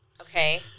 Okay